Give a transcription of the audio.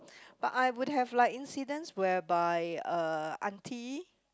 but I would have like incidents whereby uh aunty